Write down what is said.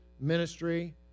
ministry